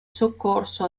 soccorso